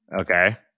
Okay